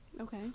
Okay